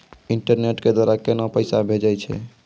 Internet के द्वारा केना पैसा भेजय छै?